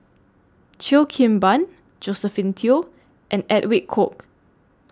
Cheo Kim Ban Josephine Teo and Edwin Koek